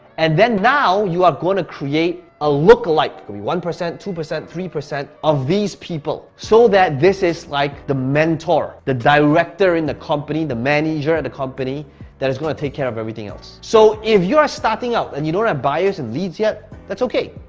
and then now you are gonna create a lookalike, could be one, two, three percent of these people so that this is like the mentor, the director in the company, the manager at the company that is gonna take care of everything else. so if you are starting out and you don't have buyers and leads yet, that's okay.